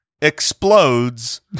explodes